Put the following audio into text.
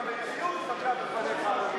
המציאות מכה בך בפניך,